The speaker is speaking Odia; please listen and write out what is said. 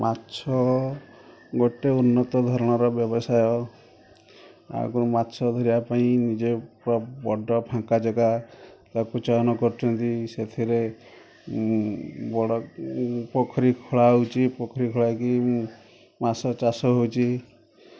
ମାଛ ଗୋଟେ ଉନ୍ନତ ଧରଣର ବ୍ୟବସାୟ ଆଗରୁ ମାଛ ଧରିବା ପାଇଁ ନିଜେ ପୁରା ବଡ଼ ଫାଙ୍କା ଜାଗା ତାକୁ ଚୟନ କରୁଛନ୍ତି ସେଥିରେ ବଡ଼ ପୋଖରୀ ଖୋଳା ହେଉଛି ପୋଖରୀ ଖୋଳାଇକି ମାସ ଚାଷ ହେଉଛି